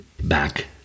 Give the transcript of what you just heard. back